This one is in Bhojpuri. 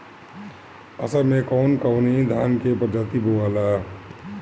उसर मै कवन कवनि धान के प्रजाति बोआला?